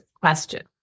question